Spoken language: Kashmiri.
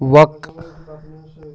وَق